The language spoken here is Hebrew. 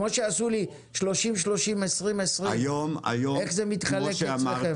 כמו שעשו לי 30-30 ו-20-20, איך זה מתחלק אצלכם?